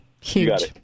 Huge